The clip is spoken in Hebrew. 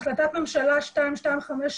החלטת ממשלה 2253,